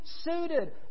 suited